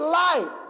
life